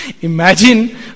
imagine